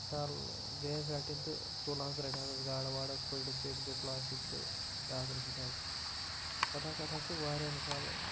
مِثال گٔیَس رَٹِن تہٕ تُلہٕ حظ رَٹہِ حظ اَسہِ گاڈٕ واڈٕ کھوڑِ سۭتۍ بِسلاے سۭتۍ تہٕ ڈاکرِ سۭتۍ حظ پَتہٕ حظ چھُ اَتھ حظ چھُ واریاہ مِثال